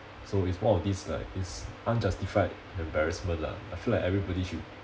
so it's more of this like this unjustified embarrassment lah I feel like everybody should